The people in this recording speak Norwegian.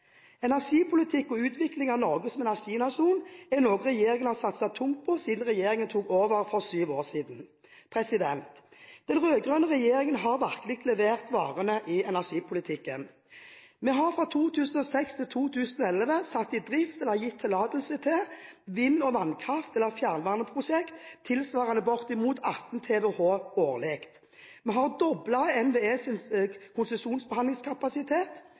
Energipolitikk og utvikling av Norge som energinasjon er noe regjeringen har satset tungt på siden den tok over for syv år siden. Den rød-grønne regjeringen har virkelig levert varene i energipolitikken: Vi har fra 2006 til 2011 satt i drift eller gitt tillatelse til vind- og vannkraft- eller fjernvarmeprosjekter tilsvarende bortimot 18 TWh årlig. Vi har doblet NVEs konsesjonsbehandlingskapasitet.